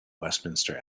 westminster